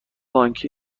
بانک